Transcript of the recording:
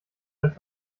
als